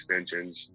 extensions